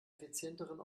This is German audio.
effizienteren